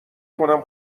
کنم